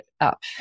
up